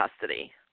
custody